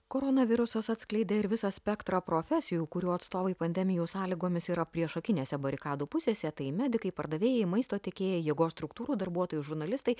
koronavirusas atskleidė ir visą spektrą profesijų kurių atstovai pandemijų sąlygomis yra priešakinėse barikadų pusėse tai medikai pardavėjai maisto tiekėjai jėgos struktūrų darbuotojai žurnalistai